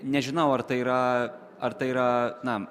nežinau ar tai yra ar tai yra na